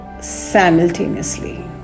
simultaneously